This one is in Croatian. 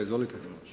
Izvolite.